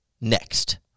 Next